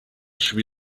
should